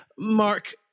Mark